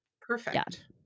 Perfect